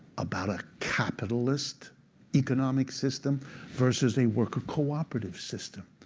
about a capitalist economic system versus a worker co-operative system.